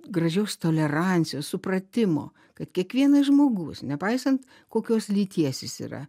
gražios tolerancijos supratimo kad kiekvienas žmogus nepaisant kokios lyties jis yra